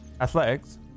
Athletics